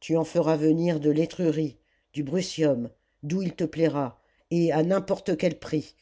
tu en feras venir de tetrurie du brutium d'oii il te plaira et n'importe à quel prix